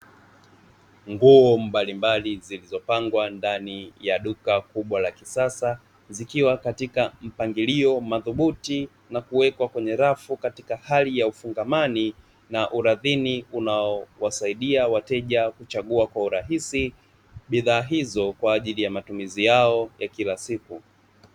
Nguo mbalimbali zilizopangwa ndani ya duka kubwa la kisasa zikiwa katika mpangilio madhubuti na kuwekwa kwenye rafu katika hali ya ufungamani na uradhini unaowasaidia wateja kuchagua kwa urahisi bidhaa hizo kwa ajili ya matumizi yao ya kila siku.